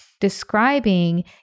describing